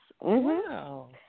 Wow